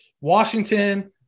Washington